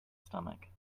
stomach